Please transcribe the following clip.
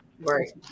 Right